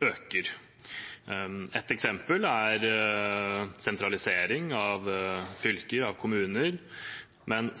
øker. Et eksempel er sentralisering av fylker og kommuner. Men det